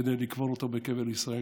כדי לקבור אותו בקבר ישראל,